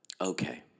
okay